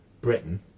Britain